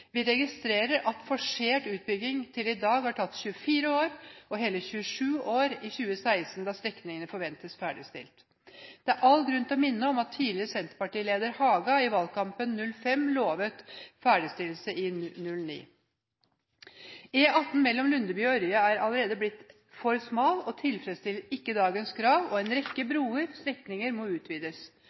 Vi registrerer at «forsert utbygging» til i dag har tatt 24 år og vil ha tatt hele 27 år i 2016, da strekningene forventes ferdigstilt. Det er all grunn til å minne om at tidligere senterpartileder Haga i valgkampen i 2005 lovet ferdigstillelse i 2009. E18 mellom Lundeby og Ørje er allerede blitt for smal og tilfredsstiller ikke dagens krav. En rekke broer og strekninger må utvides.